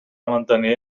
mantenir